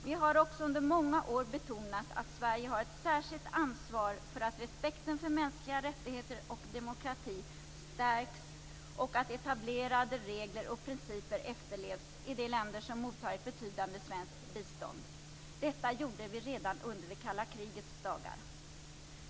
Vi har också under många år betonat att Sverige har ett särskilt ansvar för att respekten för mänskliga rättigheter och demokrati stärks och för att etablerade regler och principer efterlevs i de länder som mottar ett betydande svenskt bistånd. Detta gjorde vi redan under det kalla krigets dagar.